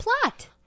plot